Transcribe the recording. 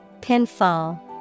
Pinfall